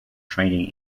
trading